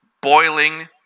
Boiling